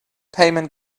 payment